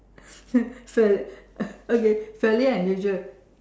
fair~ fairly uh okay fairly unusual